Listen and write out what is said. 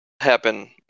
happen